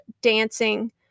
dancing